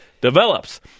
develops